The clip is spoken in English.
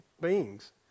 beings